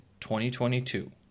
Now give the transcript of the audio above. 2022